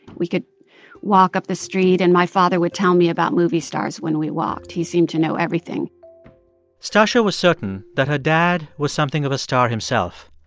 we could walk up the street and my father would tell me about movie stars when we walked. he seemed to know everything stacya was certain that her dad was something of a star himself.